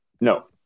No